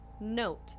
note